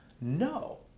No